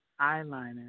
eyeliner